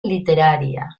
literària